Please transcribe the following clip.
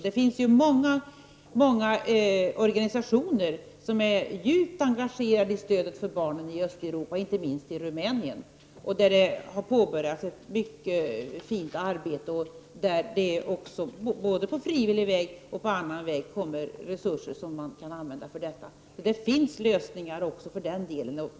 Det finns många organisationer som är djupt engagerade i stödet till barnen i Östeuropa, inte minst i Rumänien, där det har påbörjats ett mycket fint arbete och dit det, både på frivillig väg och på annan väg, kommer resurser som man kan använda för detta. Det finns lösningar också för den delen.